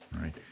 right